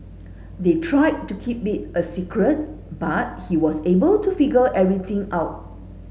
they tried to keep it a secret but he was able to figure everything out